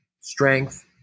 strength